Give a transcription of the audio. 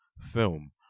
film